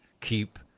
keep